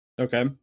Okay